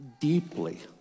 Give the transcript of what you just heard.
deeply